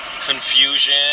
confusion